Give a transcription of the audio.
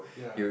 ya